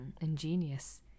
ingenious